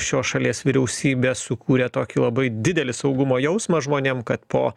šios šalies vyriausybė sukūrė tokį labai didelį saugumo jausmą žmonėm kad po